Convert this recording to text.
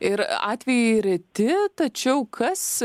ir atvejai reti tačiau kas